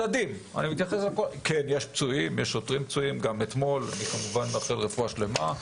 כן, יש פצועים, אני מאחל רפואה שלמה.